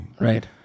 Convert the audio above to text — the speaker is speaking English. Right